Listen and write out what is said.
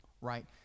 right